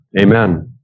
amen